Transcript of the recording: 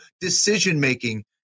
decision-making